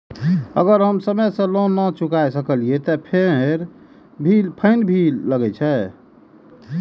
अगर हम समय से लोन ना चुकाए सकलिए ते फैन भी लगे छै?